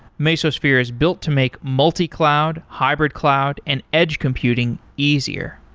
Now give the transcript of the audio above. mesosphere is built to make multi-cloud, hybrid-cloud and edge computing easier.